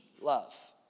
love